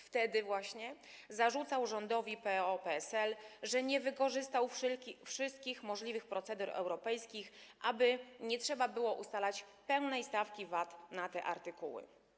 Wtedy właśnie zarzucał rządowi PO-PSL, że nie wykorzystał wszystkich możliwych procedur europejskich, aby nie trzeba było ustalać pełnej stawki VAT na te artykuły.